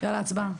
יאללה הצבעה.